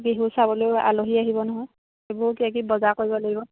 বিহু চাবলৈয়ো আলহী আহিব নহয় এইবোৰ কিবাকিবি বজাৰ কৰিব লাগিব